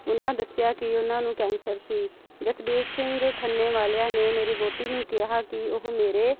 ਉਹਨਾਂ ਦੱਸਿਆ ਕਿ ਉਹਨਾਂ ਨੂੰ ਕੈਂਸਰ ਸੀ ਜਸਬੀਰ ਸਿੰਘ ਖੰਨੇ ਵਾਲਿਆਂ ਨੇ ਮੇਰੀ ਵਹੁਟੀ ਨੂੰ ਕਿਹਾ ਕਿ ਉਹ ਮੇਰੇ